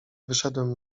wyszedłem